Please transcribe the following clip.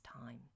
time